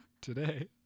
Today